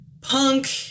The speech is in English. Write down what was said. punk